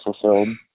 fulfilled